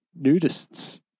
nudists